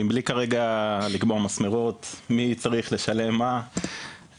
מבלי כרגע לקבוע מסמרות מי צריך לשלם מה,